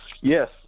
Yes